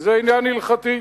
וזה עניין הלכתי.